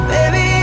Baby